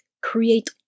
create